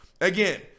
Again